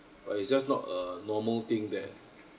but it's just not a normal thing that